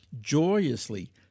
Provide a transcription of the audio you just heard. joyously